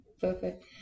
Perfect